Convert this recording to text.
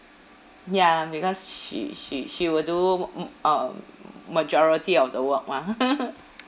ya because she she she will do m~ um m~ majority of the work mah